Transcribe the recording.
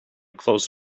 closed